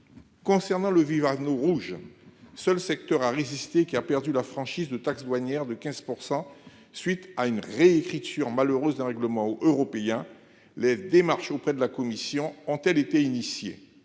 Concernant le nous rouge seul secteur à résister qui a perdu la franchise de taxes douanières de 15% suite à une réécriture malheureuse d'un règlement européen les démarches auprès de la commission ont-elles été initié